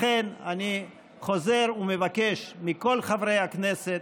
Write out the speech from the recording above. לכן אני חוזר ומבקש מכל חברי הכנסת